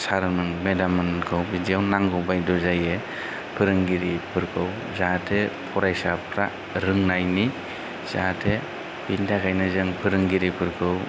सारमोन मेदाममोनखौ बिदियाव नांगौ बायद' जायो फोरोंगिरिफोरखौ जाहाथे फरायसाफ्रा रोंनायनि जाहाथे बिनि थाखायनो जों फोरोंगिरिफोरखौ